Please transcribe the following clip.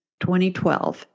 2012